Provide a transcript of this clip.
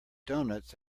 donuts